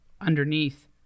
underneath